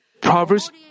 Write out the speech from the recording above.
Proverbs